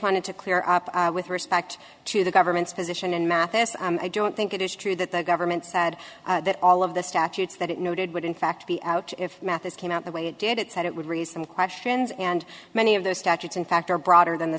wanted to clear up with respect to the government's position in mathis i don't think it is true that the government said that all of the statutes that it noted would in fact be out if mathis came out the way it did it said it would raise them questions and many of those statutes in fact are broader than the